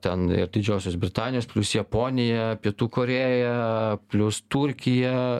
ten ir didžiosios britanijos japonija pietų korėja plius turkija